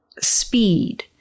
speed